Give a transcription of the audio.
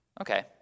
Okay